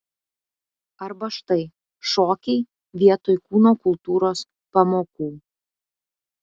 arba štai šokiai vietoj kūno kultūros pamokų